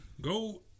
go